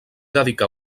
dedicà